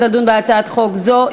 התשע"ד 2014,